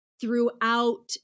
throughout